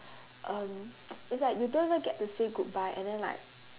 um it's like you don't even get to say goodbye and then like